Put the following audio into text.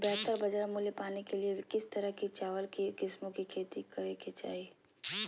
बेहतर बाजार मूल्य पाने के लिए किस तरह की चावल की किस्मों की खेती करे के चाहि?